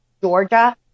Georgia